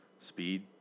speed